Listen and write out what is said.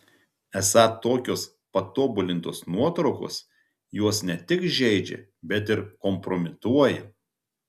esą tokios patobulintos nuotraukos juos ne tik žeidžia bet ir kompromituoja